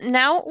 now